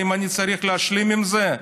האם אני צריך להשלים עם זה?